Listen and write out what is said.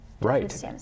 Right